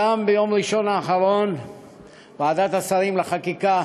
גם ביום ראשון האחרון ועדת השרים לחקיקה